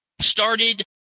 started